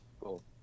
Cool